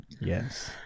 Yes